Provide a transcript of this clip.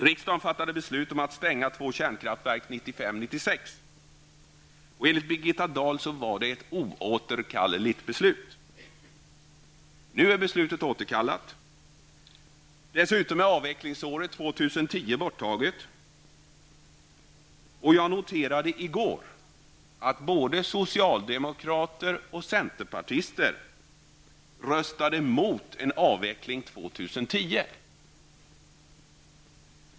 Riksdagen fattade beslut om att stänga två kärnkraftverk 1995--1996. Enligt Birgitta Dahl var det ett oåterkalleligt beslut. Nu är beslutet återkallat. Dessutom är avvecklingsåret 2010 borttaget. Jag noterade i går att både socialdemokrater och centerpartister röstade emot en avveckling till år 2010.